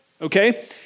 okay